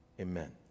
amen